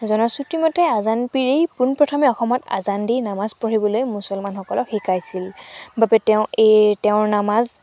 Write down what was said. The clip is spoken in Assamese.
জনশ্ৰুতিৰ মতে আজান পীৰেই পোনপ্ৰথমে অসমত আজান দি নামাজ পঢ়িবলৈ মুছলমানসকলক শিকাইছিল বাবে তেওঁ এই তেওঁৰ নামাজ